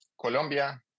Colombia